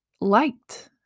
liked